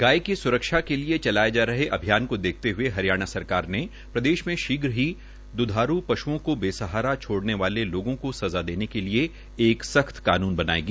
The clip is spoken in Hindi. गाय की सुरक्षा के लिए चलाए जा रहे अभियान को देखते हुए हरियाणा सरकार ने प्रदेश में शीघ्र ही दुधारू पशुओं को बेसहारा दोड़ने वाले लोगों को सजा देने के लिए एक सख्त कानून बनाएगी